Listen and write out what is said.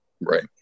Right